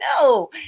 No